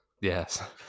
Yes